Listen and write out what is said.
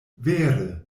vere